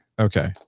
Okay